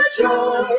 joy